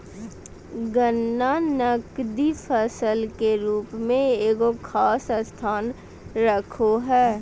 गन्ना नकदी फसल के रूप में एगो खास स्थान रखो हइ